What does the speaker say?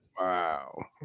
Wow